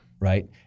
Right